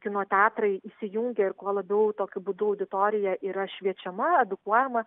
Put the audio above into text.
kino teatrai įsijungia ir kuo labiau tokiu būdu auditorija yra šviečiama edukuojama